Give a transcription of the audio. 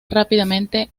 rápidamente